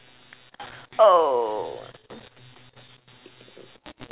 oh